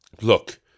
look